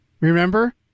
remember